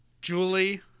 Julie